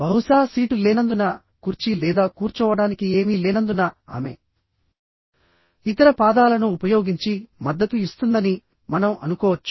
బహుశా సీటు లేనందున కుర్చీ లేదా కూర్చోవడానికి ఏమీ లేనందున ఆమె ఇతర పాదాలను ఉపయోగించి మద్దతు ఇస్తుందని మనం అనుకోవచ్చు